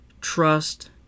trust